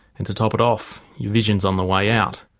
and to top it off your vision is on the way out.